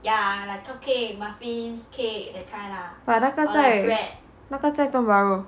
but 那个在那个在 tiong bahru